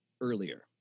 earlier